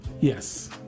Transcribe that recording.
Yes